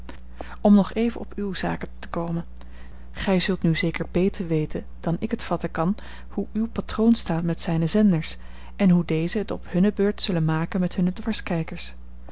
om nog even op uwe zaken te komen gij zult nu zeker beter weten dan ik het vatten kan hoe uw patroon staat met zijne zenders en hoe dezen het op hunne beurt zullen maken met hunne